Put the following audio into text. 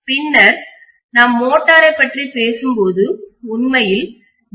பின்னர் நாம் மோட்டரைப் பற்றி பேசும்போது உண்மையில் டி